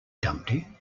dumpty